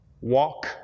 Walk